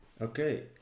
okay